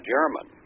German